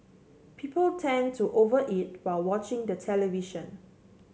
people tend to over eat while watching the television